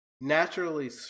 naturally